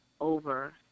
over